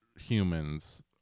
humans